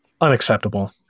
Unacceptable